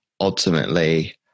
ultimately